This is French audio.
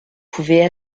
pouvaient